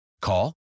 Call